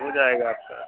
हो जाएगा आपका